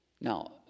now